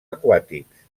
aquàtics